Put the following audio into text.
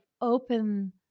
open